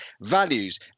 values